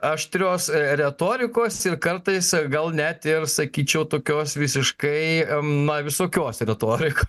aštrios retorikos ir kartais gal net ir sakyčiau tokios visiškai na visokios retorikos